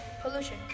Pollution